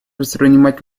воспринимать